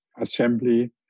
assembly